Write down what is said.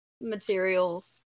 materials